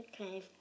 Okay